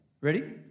Ready